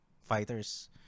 fighters